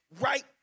right